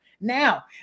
Now